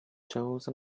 chose